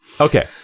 Okay